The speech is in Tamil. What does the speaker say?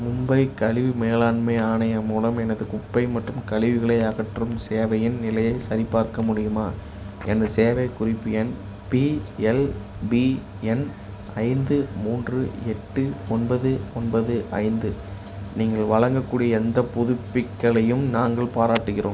மும்பை கழிவு மேலாண்மை ஆணையம் மூலம் எனது குப்பை மற்றும் கழிவுகளை அகற்றும் சேவையின் நிலையைச் சரிபார்க்க முடியுமா எனது சேவைக் குறிப்பு எண் பிஎல்பிஎன் ஐந்து மூன்று எட்டு ஒன்பது ஒன்பது ஐந்து நீங்கள் வழங்கக்கூடிய எந்த புதுப்பிக்களையும் நாங்கள் பாராட்டுகிறோம்